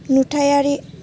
नुथायारि